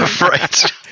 Right